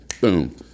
Boom